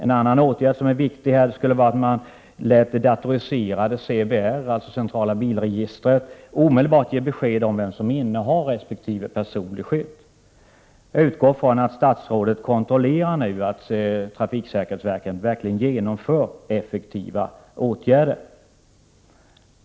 En annan åtgärd som är viktig är att låta datorisera CBR, dvs. centrala bilregistret; därigenom kan man omedelbart få besked om vem som innehar resp. personlig skylt. Jag utgår från att statsrådet verkligen kontrollerar att trafiksäkerhetsverket genomför effektiva åtgärder.